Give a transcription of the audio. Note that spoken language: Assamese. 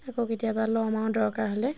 আকৌ কেতিয়াবা ল'ম আৰু দৰকাৰ হ'লে